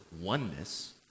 oneness